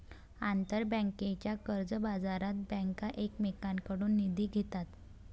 आंतरबँकेच्या कर्जबाजारात बँका एकमेकांकडून निधी घेतात